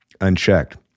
unchecked